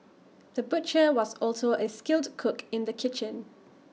the butcher was also A skilled cook in the kitchen